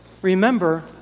Remember